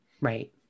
Right